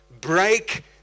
break